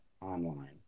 online